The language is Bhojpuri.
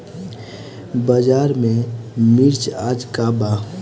बाजार में मिर्च आज का बा?